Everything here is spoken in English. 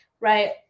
right